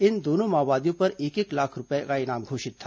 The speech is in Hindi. इन दोनों माओवादियों पर एक एक लाख रूपये का इनाम घोषित था